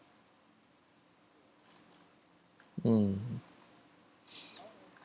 mm